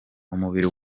umubiri